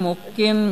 כמו כן,